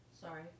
Sorry